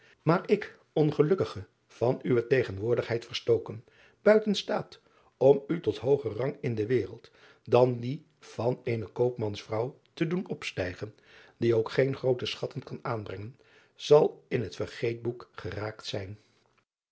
maar ik ongelukkige van uwe tegenwoordigheid vestroken buiten staat om u tot hooger rang in de wereld dan die van eene oopmans vrouw te doen opstijgen die ook geene groote schatten kan aanbrengen zal in het vergeetboek geraakt zijn